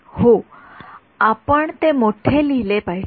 विद्यार्थी हो आपण ते मोठे लिहिले पाहिजे